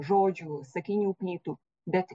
žodžių sakinių plytų bet